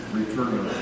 returning